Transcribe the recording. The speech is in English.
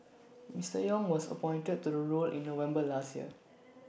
Mister Yong was appointed to the role in November last year